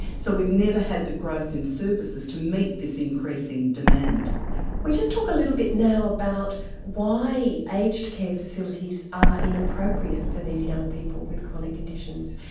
so we've never had the growth in services to meet this increasing demand. can we just talk a little bit now about why aged care facilities are inappropriate for these young people with chronic conditions?